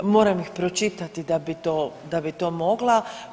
Moram ih pročitati da bi to mogla.